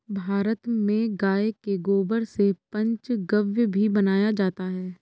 भारत में गाय के गोबर से पंचगव्य भी बनाया जाता है